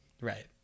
Right